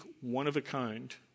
one-of-a-kind